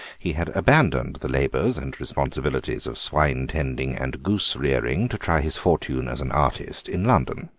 he had abandoned the labours and responsibilities of swine tending and goose rearing to try his fortune as an artist in london.